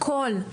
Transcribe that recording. הכל.